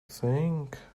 think